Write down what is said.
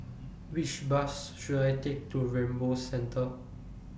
Which Bus should I Take to Rainbow Centre